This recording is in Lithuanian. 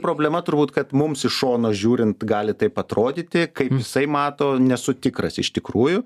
problema turbūt kad mums iš šono žiūrint gali taip atrodyti kaip jisai mato nesu tikras iš tikrųjų